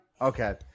Okay